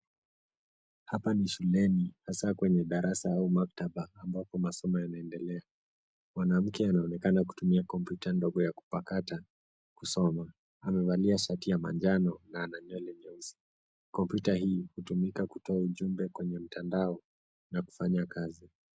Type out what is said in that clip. Hapa ni shuleni hasa kwenye darasa ama maktaba ambapo masomo yanaendelea. Mwanamke anaonekaka kutumia kompyuta ndogo ya kupakata kusoma . Amevalia shati ya manjano na ana nywele ndeusi . Kompyuta hii hutumika kutoa ujumbe kwenye mtandao na kufanya kazi.